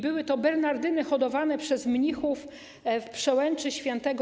Były to bernardyny hodowane przez mnichów na Przełęczy Św.